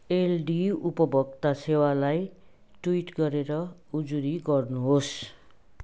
LD उपभोक्ता सेवालाई tweet गरेर उजुरी गर्नुहोस्